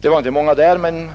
Det var inte många människor där, men